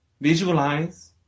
Visualize